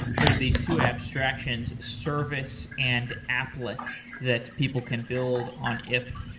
there are these two abstractions service and applet, that people can build on ifttt.